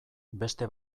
beste